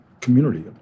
community